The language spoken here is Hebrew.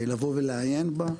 לעיין בה,